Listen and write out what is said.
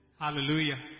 hallelujah